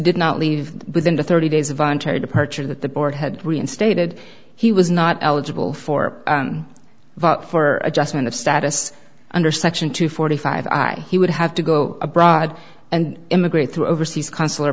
did not leave within the thirty days of voluntary departure that the board had reinstated he was not eligible for vote for adjustment of status under section two forty five he would have to go abroad and immigrate to overseas consular